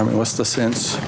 i mean what's the sense